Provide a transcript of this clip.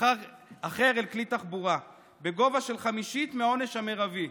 אחר אל כלי תחבורה בגובה של חמישית מהעונש המרבי,